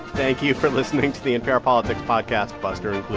thank you for listening to the npr politics podcast, buster